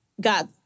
got